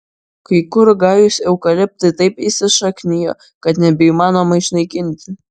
kai kur gajūs eukaliptai taip įsišaknijo kad nebeįmanoma išnaikinti